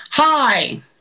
Hi